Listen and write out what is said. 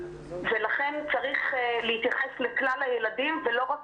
ולכן צריך להתייחס לכלל הילדים ולא רק